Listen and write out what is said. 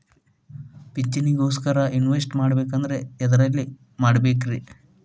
ಪಿಂಚಣಿ ಗೋಸ್ಕರ ಇನ್ವೆಸ್ಟ್ ಮಾಡಬೇಕಂದ್ರ ಎದರಲ್ಲಿ ಮಾಡ್ಬೇಕ್ರಿ?